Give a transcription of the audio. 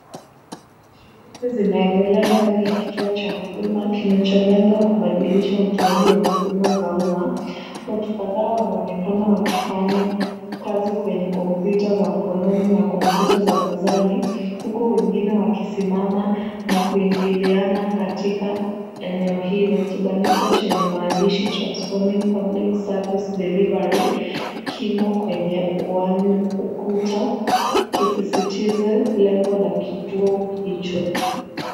Shughuli zinaendelea ndani ya kituo cha huduma kinacholenga kubadilisha utoaji wa huduma za umma. Watu kadhaa wanaonekana wakifanya kazi kwenye kompyuta za mkononi na kompyuta za mezani huku wengine wakisimama na kuingiliana katika eneo hilo. Kibandiko chenye maandishi transforming public service delivery kimo kwenye ukuta ukisisitiza lengo la kituo hicho.